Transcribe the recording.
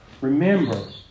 Remember